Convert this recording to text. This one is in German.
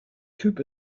typ